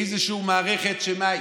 איזושהי מערכת, שמה?